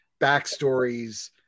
backstories